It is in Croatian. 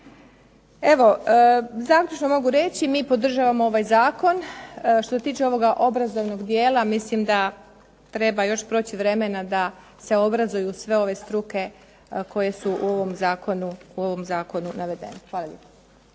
Evo, zaključno mogu reći mi podržavamo ovaj zakon. Što se tiče ovoga obrazovnog dijela mislim da treba još proći vremena da se obrazuju sve ove struke koje su u ovom zakonu navedene. Hvala lijepo.